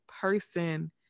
person